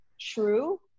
true